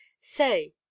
say